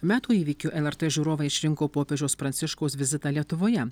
metų įvykiu lrt žiūrovai išrinko popiežiaus pranciškaus vizitą lietuvoje